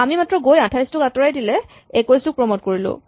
আমি মাত্ৰ গৈ ২৮ টো আঁতৰাই ২১ ক প্ৰমট কৰিলো